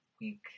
week